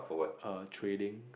err trading